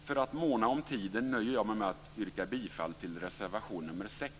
För att måna om tiden nöjer jag mig med att yrka bifall till reservation nr 6.